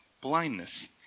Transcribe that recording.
blindness